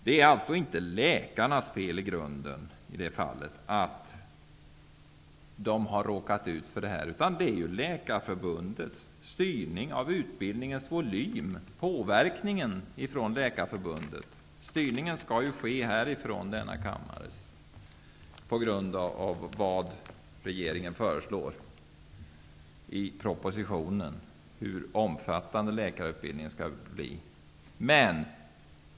Det är alltså inte i grunden läkarnas fel att de har råkat ut för det här, utan felet ligger i eller snarare Läkarförbundets påverkan; styrningen skall ju ske härifrån denna kammare utifrån vad regeringen föreslår i propositionen.